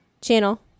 channel